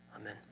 Amen